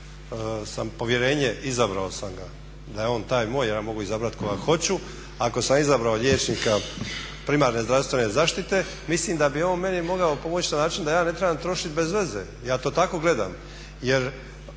dao povjerenje izabrao sam ga da je on taj moj, ja mogu izabrati koga hoću ako sam izabrao liječnika primarne zdravstvene zaštite mislim da bi on meni mogao pomoći na način da ja ne trebam trošiti bez veze, ja to tako gledam.